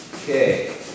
Okay